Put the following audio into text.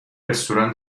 رستوران